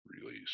release